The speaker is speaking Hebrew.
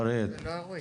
זה לא רלוונטי.